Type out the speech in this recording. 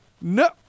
no